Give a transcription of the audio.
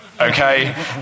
Okay